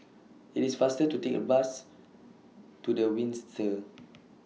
IT IS faster to Take A Bus to The Windsor